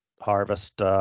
harvest